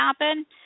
happen